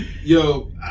Yo